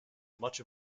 much